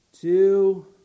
Two